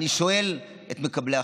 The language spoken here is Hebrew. אני שואל את מקבלי ההחלטות: